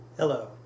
Hello